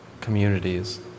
communities